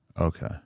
Okay